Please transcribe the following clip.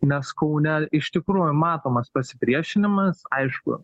nes kaune iš tikrųjų matomas pasipriešinimas aišku